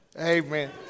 Amen